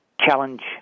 challenge